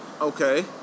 Okay